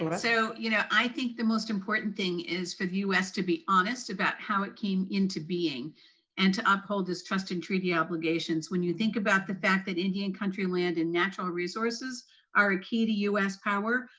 um so you know i think the most important thing is u s, to be honest about how it came into being and up hold its trust and treaty obligations when you think about the fact that indian country land and natural resources are a key to u s. power,